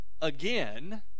again